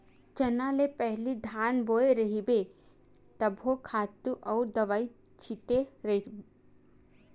चना ले पहिली धान बोय रेहेव तभो खातू अउ दवई छिते रेहेव